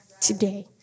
today